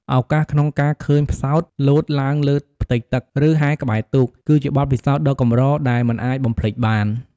ឱកាសក្នុងការឃើញផ្សោតលោតឡើងលើផ្ទៃទឹក ឬហែលក្បែរទូក គឺជាបទពិសោធន៍ដ៏កម្រដែលមិនអាចបំភ្លេចបាន។